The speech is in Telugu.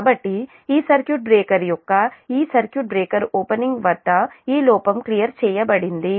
కాబట్టి ఈ సర్క్యూట్ బ్రేకర్ యొక్క ఈ సర్క్యూట్ బ్రేకర్ ఓపెనింగ్ వద్ద ఈ లోపం క్లియర్ చేయబడింది